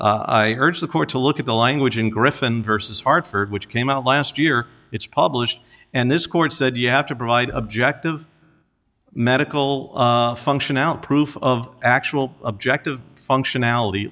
i urge the court to look at the language and griffen versus hartford which came out last year it's published and this court said you have to provide objective medical function out proof of actual objective functionality